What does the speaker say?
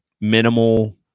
minimal